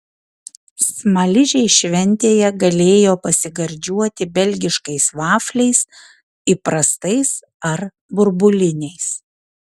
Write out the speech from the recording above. smaližiai šventėje galėjo pasigardžiuoti belgiškais vafliais įprastais ar burbuliniais